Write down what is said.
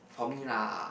for me lah